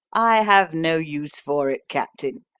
i have no use for it captain.